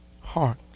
heart